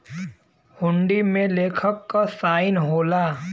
हुंडी में लेखक क साइन होला